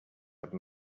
have